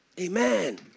Amen